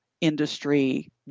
industry